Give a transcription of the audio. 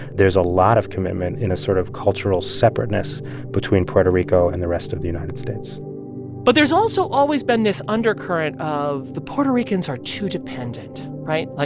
there's a lot of commitment in a sort of cultural separateness between puerto rico and the rest of the united states but there's also always been this undercurrent of, the puerto ricans are too dependent, right? like,